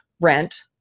rent